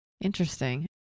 Interesting